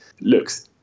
looks